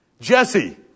Jesse